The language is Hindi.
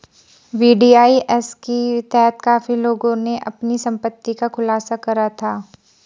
वी.डी.आई.एस के तहत काफी लोगों ने अपनी संपत्ति का खुलासा करा था